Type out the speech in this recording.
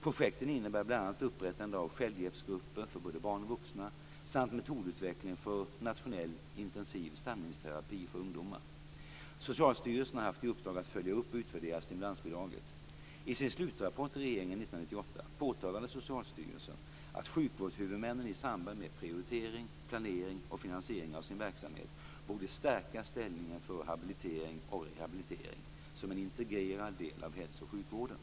Projekten innebär bl.a. upprättande av självhjälpsgrupper för både barn och vuxna, samt metodutveckling för nationell intensiv stamningsterapi för ungdomar. Socialstyrelsen har haft i uppdrag att följa upp och utvärdera stimulansbidraget. I sin slutrapport till regeringen 1998 påtalade Socialstyrelsen att sjukvårdshuvudmännen i samband med prioritering, planering och finansiering av sin verksamhet borde stärka ställningen för habilitering och rehabilitering som en integrerad del av hälso och sjukvården.